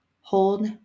hold